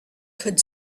could